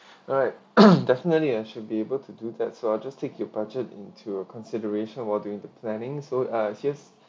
alright definitely I should be able to do that so I'll just take your budget into a consideration while doing the planning so ah here's